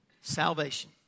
Salvation